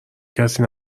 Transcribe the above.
کسی